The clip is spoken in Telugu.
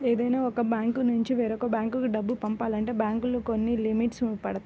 ఏదైనా ఒక బ్యాంకునుంచి వేరొక బ్యేంకు డబ్బు పంపాలంటే బ్యేంకులు కొన్ని లిమిట్స్ పెడతాయి